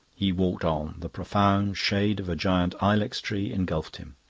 he walked on. the profound shade of a giant ilex tree engulfed him.